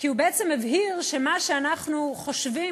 כי הוא בעצם הבהיר שמה שאנחנו חושבים,